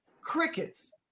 Crickets